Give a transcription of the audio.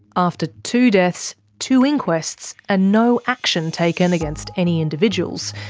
after two deaths, two inquests, and no action taken against any individuals,